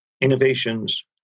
innovations